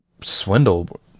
Swindle